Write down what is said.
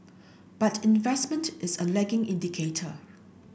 but investment is a lagging indicator